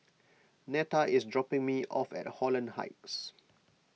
Netta is dropping me off at Holland Heights